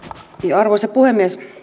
arvoisa puhemies